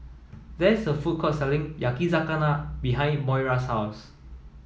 there is a food court selling Yakizakana behind Moira's house